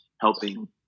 helping